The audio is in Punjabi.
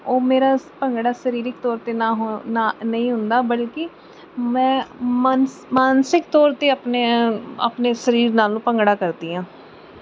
ਉਹ ਮੇਰਾ ਸ ਭੰਗੜਾ ਸਰੀਰਿਕ ਤੌਰ 'ਤੇ ਨਾ ਹੋ ਨਾ ਨਹੀਂ ਹੁੰਦਾ ਬਲਕਿ ਮੈਂ ਮਾਨਸ ਮਾਨਸਿਕ ਤੌਰ 'ਤੇ ਆਪਣੇ ਆਪਣੇ ਸਰੀਰ ਨਾਲ ਭੰਗੜਾ ਕਰਦੀ ਹਾਂ